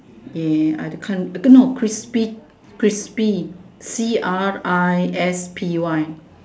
ya I can't no crispy crispy C R I S P Y